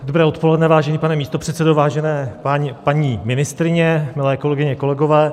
Dobré odpoledne, vážený pane místopředsedo, vážené paní ministryně, milé kolegyně, kolegové.